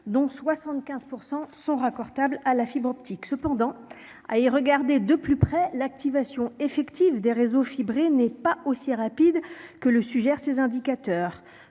dont 75 % sont raccordables à la fibre optique, cependant, à y regarder de plus près l'activation effective des réseaux fibré n'est pas aussi rapide que le suggèrent ces indicateurs,